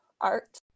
art